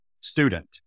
student